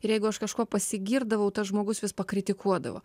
ir jeigu aš kažko pasigirdavau tas žmogus vis pakritikuodavo